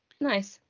nice